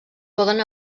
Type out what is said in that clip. poden